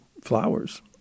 flowers